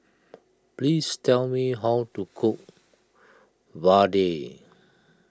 please tell me how to cook Vadai